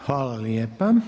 Hvala lijepa.